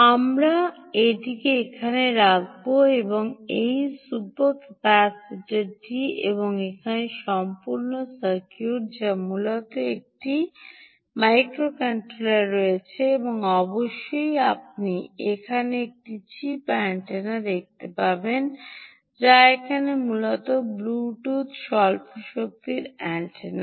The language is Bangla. আমরা এটি এখানে রাখব এই সুপার ক্যাপাসিটারটি এবং এখানে সম্পূর্ণ সার্কিট যার মূলত একটি মাইক্রোকন্ট্রোলার রয়েছে এবং অবশ্যই আপনি এখানে একটি চিপ অ্যান্টেনা দেখতে পাবেন যা এখানে মূলত ব্লুটুথ স্বল্প শক্তি অ্যান্টেনা